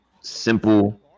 simple